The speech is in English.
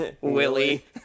Willie